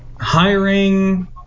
hiring